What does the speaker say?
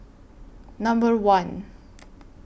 Number one